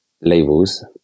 labels